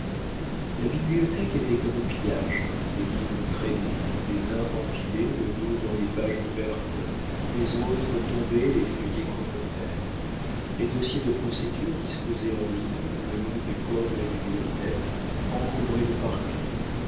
la bibliothèque était comme au pillage les livres traînaient les uns empilés le dos dans les pages ouvertes les autres tombés les feuillets contre terre les dossiers de procédure disposés en ligne le long du corps de la bibliothèque encombraient le parquet